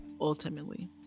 ultimately